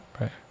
Right